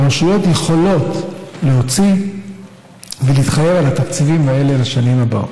והרשויות יכולות להוציא ולהתחייב על התקציבים האלה לשנים הבאות.